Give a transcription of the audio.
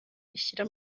rishyira